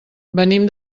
venim